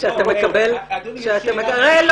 לא